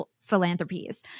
philanthropies